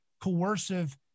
coercive